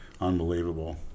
unbelievable